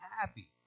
happy